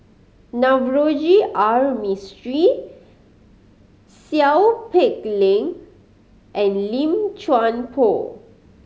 Navroji R Mistri Seow Peck Leng and Lim Chuan Poh